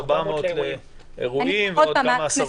400 לאירועים ועוד כמה עשרות.